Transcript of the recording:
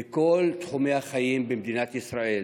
בכל תחומי החיים במדינת ישראל,